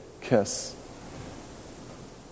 kiss